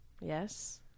Yes